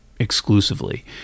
exclusively